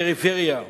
הפריפריה בכנסת,